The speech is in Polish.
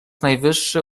najwyższy